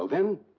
then,